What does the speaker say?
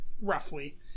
roughly